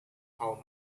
how